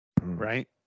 Right